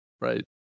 Right